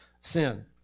sin